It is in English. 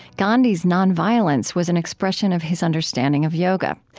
gandhi's non-violence was an expression of his understanding of yoga.